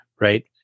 right